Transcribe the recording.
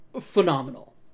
phenomenal